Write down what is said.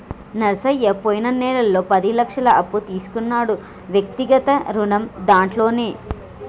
నరసయ్య పోయిన నెలలో పది లక్షల అప్పు తీసుకున్నాడు వ్యక్తిగత రుణం దాంట్లోనే